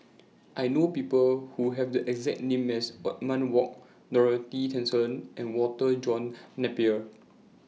I know People Who Have The exact name as Othman Wok Dorothy Tessensohn and Walter John Napier